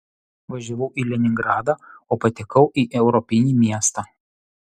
važiavau į leningradą o patekau į europinį miestą